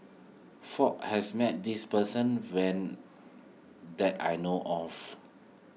Fook has met this person that I know of